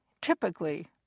typically